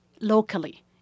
locally